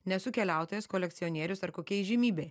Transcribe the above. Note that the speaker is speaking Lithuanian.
nesu keliautojas kolekcionierius ar kokia įžymybė